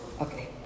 Okay